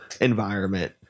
environment